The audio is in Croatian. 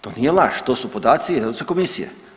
To nije laž, to su podaci Europske komisije.